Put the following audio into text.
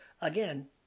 again